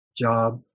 job